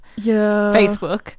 facebook